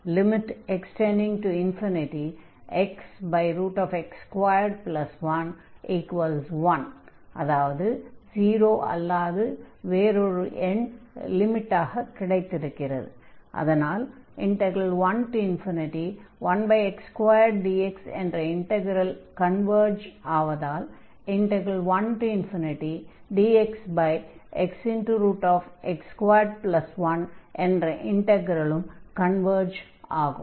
fxgxx→∞xx21 1≠0 11x2dx என்ற integral converge ஆவதால் 1dxxx21 என்ற இன்டக்ரலும் கன்வர்ஜ் ஆகும்